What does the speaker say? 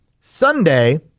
Sunday